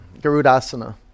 Garudasana